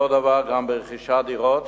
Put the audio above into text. אותו דבר גם ברכישת דירות,